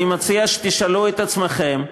אני מציע שתשאלו את עצמכם,